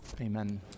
Amen